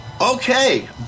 Okay